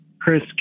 Chris